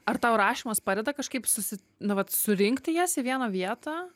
ar tau rašymas padeda kažkaip susi na vat surinkti jas į vieną vietą